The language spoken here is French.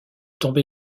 tombé